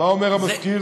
מה אומר המזכיר?